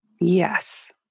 Yes